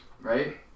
right